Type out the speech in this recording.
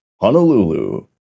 Honolulu